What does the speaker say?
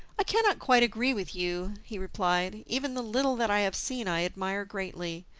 i cannot quite agree with you, he replied even the little that i have seen i admire greatly,